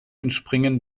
entspringen